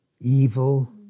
evil